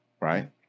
right